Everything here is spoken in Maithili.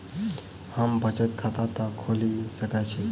हम बचत खाता कतऽ खोलि सकै छी?